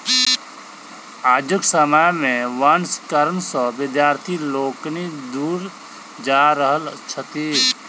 आजुक समय मे वंश कर्म सॅ विद्यार्थी लोकनि दूर जा रहल छथि